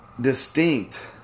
distinct